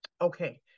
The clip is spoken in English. Okay